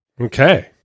Okay